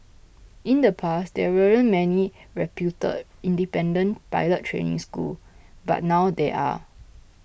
in the past there weren't many reputed independent pilot training school but now there are